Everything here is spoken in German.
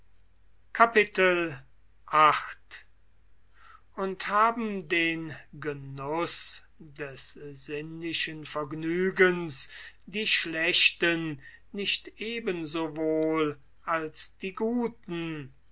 und haben den genuß des sinnlichen vergnügens die schlechten nicht ebenso wohl als die guten